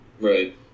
Right